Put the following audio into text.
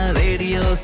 radio